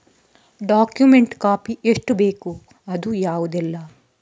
Document copy ಎಷ್ಟು ಬೇಕು ಅದು ಯಾವುದೆಲ್ಲ?